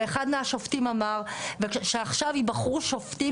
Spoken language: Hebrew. ואחת השופטים אמר שעכשיו יבחרו שופטים